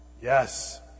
Yes